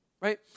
right